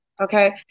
Okay